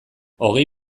hogei